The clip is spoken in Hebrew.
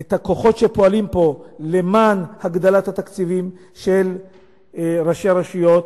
את הכוחות שפועלים פה למען הגדלת התקציבים של ראשי הרשויות.